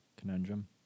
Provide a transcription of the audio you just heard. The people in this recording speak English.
conundrum